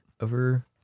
over